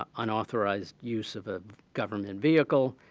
ah unauthorized use of a government vehicle,